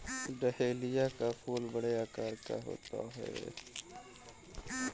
dahlia का फूल बड़े आकार का होता है